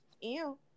Ew